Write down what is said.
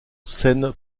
scène